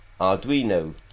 arduino